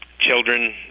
children